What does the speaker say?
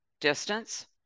distance